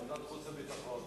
לוועדת החוץ והביטחון.